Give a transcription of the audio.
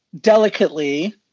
Delicately